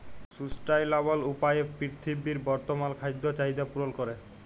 sustainable উপায়ে পীরথিবীর বর্তমাল খাদ্য চাহিদ্যা পূরল ক্যরে